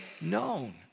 known